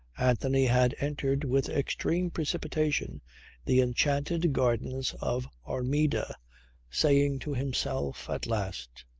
anthony had entered with extreme precipitation the enchanted gardens of armida saying to himself at last!